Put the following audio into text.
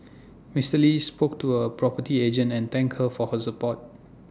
Mister lee spoke to A property agent and thank her for her support